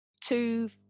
two